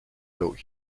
adult